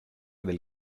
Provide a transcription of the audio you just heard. del